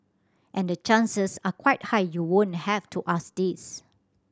and chances are quite high you won't have to ask this